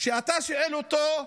שאתה שואל אותו: